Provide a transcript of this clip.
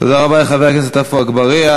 תודה רבה לחבר הכנסת עפו אגבאריה.